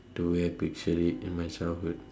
to have picture it in my childhood